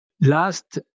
Last